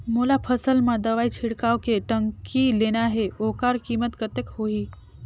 मोला फसल मां दवाई छिड़काव के टंकी लेना हे ओकर कीमत कतेक होही?